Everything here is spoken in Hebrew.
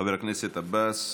חבר הכנסת עבאס,